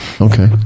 Okay